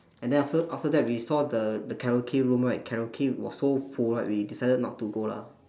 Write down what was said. and then after after that we saw the the karaoke room right karaoke was so full right we decided not to go lah